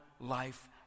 life